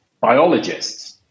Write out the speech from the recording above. biologists